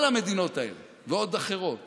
כל המדינות האלה ועוד אחרות